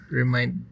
remind